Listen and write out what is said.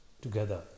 together